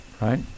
right